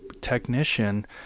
technician